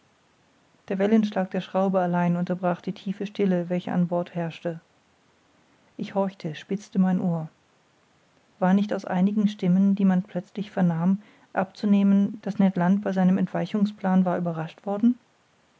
der wellenschlag der schraube allein unterbrach die tiefe stille welche an bord herrschte ich horchte spitzte mein ohr war nicht aus einigen stimmen die man plötzlich vernahm abzunehmen daß ned land bei seinem entweichungsplan war überrascht worden